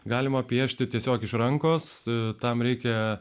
galima piešti tiesiog iš rankos tam reikia